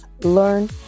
learn